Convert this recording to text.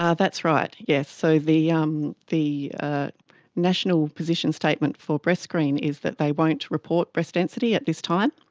ah that's right, yes. so the um the national position statement for breast screen is that they won't report breast density at this time.